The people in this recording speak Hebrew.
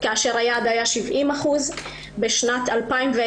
כאשר היעד היה 70%. בשנת 2020